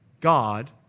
God